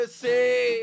see